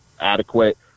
adequate